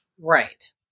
Right